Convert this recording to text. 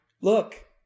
Look